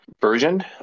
version